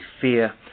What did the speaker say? fear